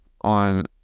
on